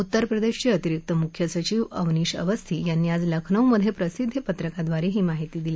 उत्तर प्रदधीक्रितिरिक्त मुख्य सचिव अवनिश अवस्थी यांनी आज लखनौ मधप्रिसिद्धी पत्रकाद्वारही माहिती दिली